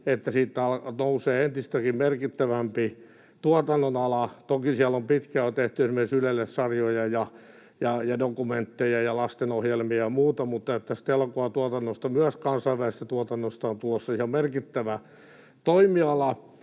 että siitä nousee entistäkin merkittävämpi tuotannonala. Toki siellä on pitkään jo tehty esimerkiksi Ylelle sarjoja ja dokumentteja ja lastenohjelmia ja muuta, mutta tästä elokuvatuotannosta, myös kansainvälisestä tuotannosta, on tulossa ihan merkittävä toimiala.